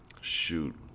Shoot